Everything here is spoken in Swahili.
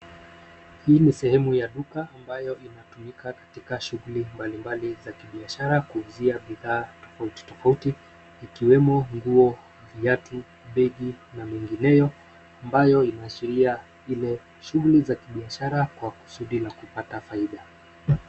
Hii ni sehemu ya duka ambayo inatumika katika shughuli mbalimbali za kibishara kuuzia bidhaa tofautitofauti Ikiwemo nguo, viatu, begi na mengineo ambayo inaashiria vile shughuli za kibiashara kwa kusudi la kupata faida.